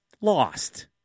lost